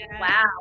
wow